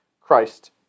Christ